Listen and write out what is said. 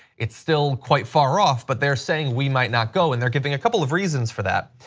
it's still quite far off but they are saying we might not go, and they are giving a couple of reasons for that.